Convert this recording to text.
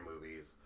movies